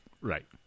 Right